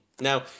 Now